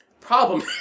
Problem